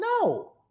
No